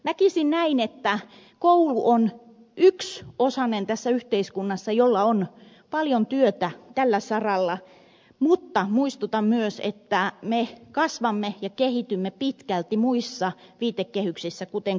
näkisin näin että koulu on yksi osanen tässä yhteiskunnassa jolla on paljon työtä tällä saralla mutta muistutan myös että me kasvamme ja kehitymme pitkälti muissa viitekehyksissä kuten kodissa